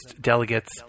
delegates